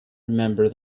remember